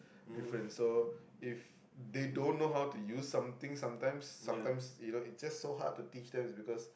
difference so if they don't know how to use something sometimes sometimes you know it's just so hard to teach them because